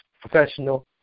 professional